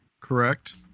correct